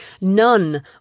none